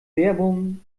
werbung